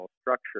structure